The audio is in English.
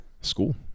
School